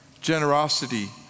generosity